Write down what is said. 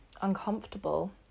uncomfortable